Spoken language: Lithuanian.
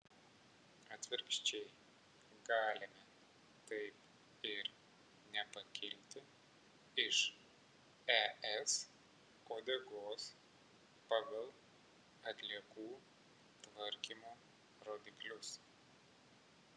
atvirkščiai galime taip ir nepakilti iš es uodegos pagal atliekų tvarkymo rodiklius